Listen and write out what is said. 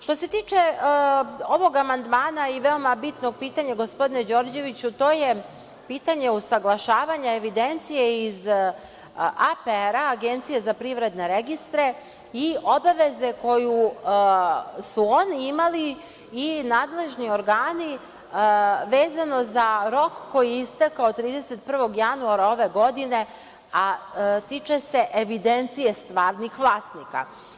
Što se tiče ovog amandmana i veoma bitno pitanje, gospodine Đorđeviću, to je pitanje usaglašavanja evidencije iz APR-a, Agencije za privredne registre i obaveze koju su oni imali i nadležni organi vezano za rok koji je istekao 31. januara ove godine, a tiče se evidencije stvarnih vlasnika.